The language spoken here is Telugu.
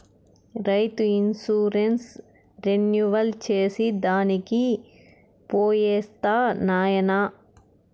రైతు ఇన్సూరెన్స్ రెన్యువల్ చేసి దానికి పోయొస్తా నాయనా